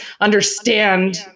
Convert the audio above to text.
understand